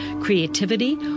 creativity